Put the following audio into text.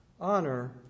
honor